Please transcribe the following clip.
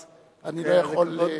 אז אני לא יכול,